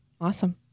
Awesome